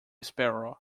sparrow